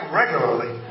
regularly